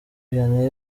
vianney